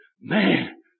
man